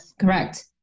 correct